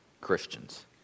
Christians